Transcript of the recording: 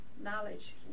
knowledge